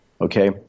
okay